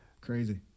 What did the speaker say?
Crazy